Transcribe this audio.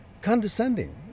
condescending